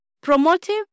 promotive